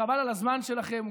חבל על הזמן שלכם.